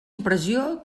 impressió